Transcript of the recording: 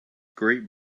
great